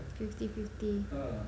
fifty fifty